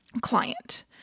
client